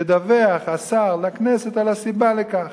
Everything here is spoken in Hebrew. ידווח השר לכנסת על הסיבה לכך